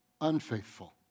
unfaithful